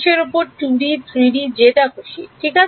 এর উপরে 2D 3D যেটা খুশি ঠিক আছে